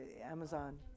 Amazon